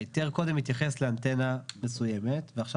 ההיתר קודם מתייחס לאנטנה מסויימת ועכשיו